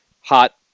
hot